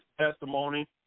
testimony